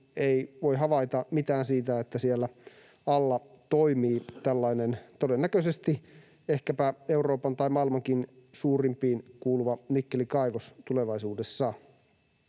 eikä voi havaita mitään siitä, että siellä alla toimii tällainen todennäköisesti ehkäpä Euroopan tai maailmankin suurimpiin kuuluva nikkelikaivos tulevaisuudessa.